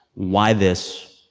why this?